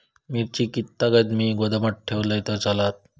मिरची कीततागत मी गोदामात ठेवलंय तर चालात?